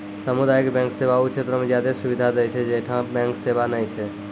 समुदायिक बैंक सेवा उ क्षेत्रो मे ज्यादे सुविधा दै छै जैठां बैंक सेबा नै छै